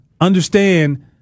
understand